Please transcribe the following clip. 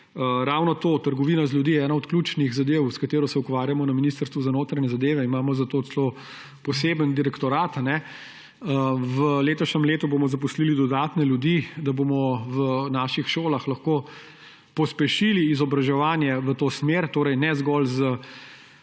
ravno to, trgovina z ljudmi, ena od ključnih zadev, s katerimi se ukvarjamo na Ministrstvu za notranje zadeve. Za to imamo celo poseben direktorat. V letošnjem letu bomo zaposlili dodatne ljudi, da bomo v naših šolah lahko pospešili izobraževanje v to smer, torej ne zgolj s